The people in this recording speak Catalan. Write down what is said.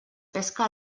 pesca